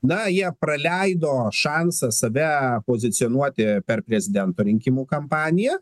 na jie praleido šansą save pozicionuoti per prezidento rinkimų kampaniją